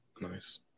Nice